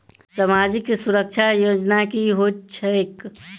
सामाजिक सुरक्षा योजना की होइत छैक?